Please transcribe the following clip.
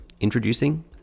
introducing